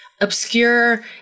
obscure